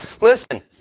Listen